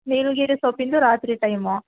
ನೀಲಗಿರಿ ಸೊಪ್ಪಿಂದು ರಾತ್ರಿ ಟೈಮು